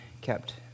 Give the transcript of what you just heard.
kept